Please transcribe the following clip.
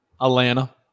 Atlanta